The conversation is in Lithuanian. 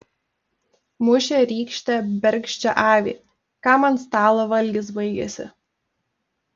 mušė rykšte bergždžią avį kam ant stalo valgis baigėsi